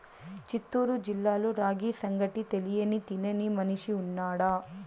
చిత్తూరు జిల్లాలో రాగి సంగటి తెలియని తినని మనిషి ఉన్నాడా